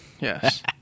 Yes